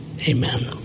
Amen